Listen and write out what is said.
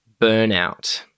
Burnout